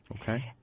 Okay